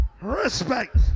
respect